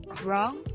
wrong